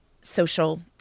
social